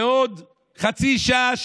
בעוד חצי שעה,